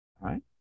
right